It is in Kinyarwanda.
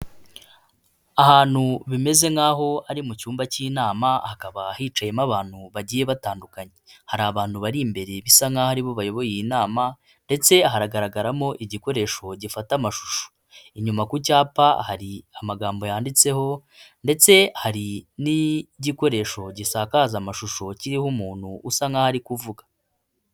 Ahantu bimeze nk'aho ari mu cyumba cy'inama hakaba hicayemo abantu bagiye batandukanye. Hari abantu bari imbere bisa nk'aho ari bo bayoboye iyi nama ndetse hagaragaramo igikoresho gifata amashusho. Inyuma ku cyapa hari amagambo yanditseho ndetse hari n'igikoresho gisakaza amashusho kiriho umuntu usa nk'aho ari kuvuga.